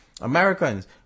Americans